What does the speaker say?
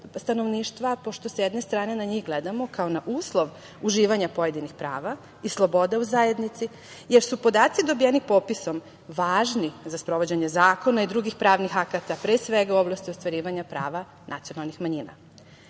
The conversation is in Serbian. stanovništva, pošto, s jedne strane, na njih gledamo kao na uslov uživanja pojedinih prava i sloboda u zajednici, jer su podaci dobijeni popisom važni za sprovođenje zakona i drugih pravnih akata, pre svega u oblasti ostvarivanja prava nacionalnih